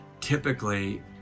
Typically